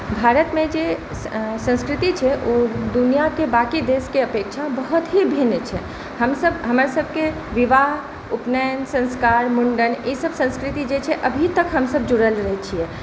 भारतमे जे संस्कृति छै ओ दुनिऑंकेँ बाँकि देशकेँ अपेक्षा बहुत ही भिन्न छै हमसभ हमर सभकेँ विवाह उपनयन संस्कार मुण्डन ई सभ संस्कृति जे चाही अभी तक हमसब जुड़ल छियै